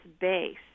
base